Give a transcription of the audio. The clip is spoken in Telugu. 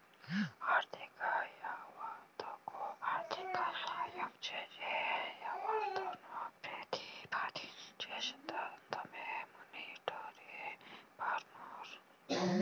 ఆర్థిక యావత్తకు ఆర్థిక సాయం చేసే యావత్తును ప్రతిపాదించే సిద్ధాంతమే మానిటరీ రిఫార్మ్